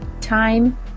Time